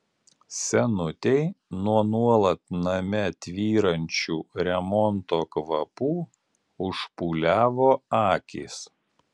senutei nuo nuolat name tvyrančių remonto kvapų užpūliavo akys